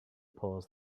polls